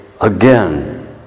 Again